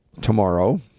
tomorrow